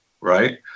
right